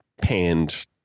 panned